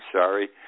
sorry